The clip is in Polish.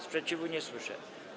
Sprzeciwu nie słyszę.